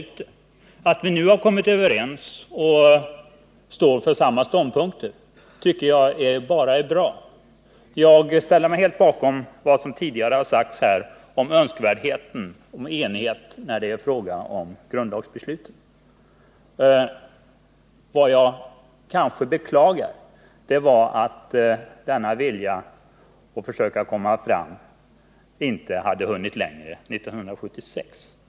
Men att vi nu kommit överens och intagit samma ståndpunkter tycker jag bara är bra, och jag ställer mig helt bakom vad som har sagts här tidigare om önskvärdheten av enighet i fråga om grundlagsbesluten. Vad jag möjligen beklagar är att viljan att försöka komma fram till en sådan enighet inte gavs till känna på samma sätt 1976.